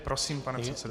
Prosím, pane předsedo.